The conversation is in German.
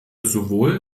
sowohl